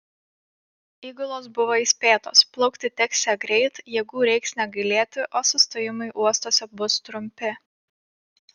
įgulos buvo įspėtos plaukti teksią greit jėgų reiks negailėti o sustojimai uostuose bus trumpi